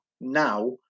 Now